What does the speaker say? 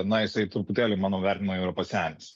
na jisai truputėlį mano vertinimu jau yra pasenęs